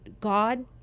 God